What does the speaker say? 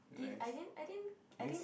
didn't I didn't I didn't I didn't